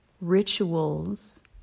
rituals